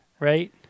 Right